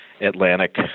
Atlantic